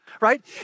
right